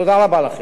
תודה רבה לכם.